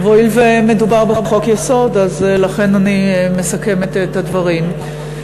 הואיל ומדובר בחוק-יסוד, אני מסכמת את הדברים.